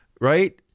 right